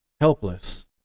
helpless